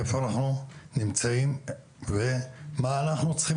איפה אנחנו נמצאים ומה אנחנו צריכים